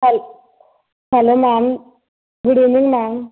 hello hello ma'am good evening ma'am